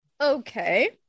okay